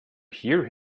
hear